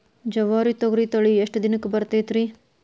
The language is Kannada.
ಜವಾರಿ ತೊಗರಿ ತಳಿ ಎಷ್ಟ ದಿನಕ್ಕ ಬರತೈತ್ರಿ?